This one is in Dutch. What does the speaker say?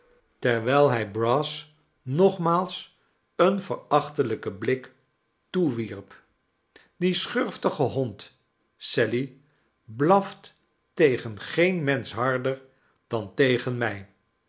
terwijl hij brass nogmaals een verachtelijken blik toewierp die schurftige hond sally blaft tegen geen mensch harder dan tegen mij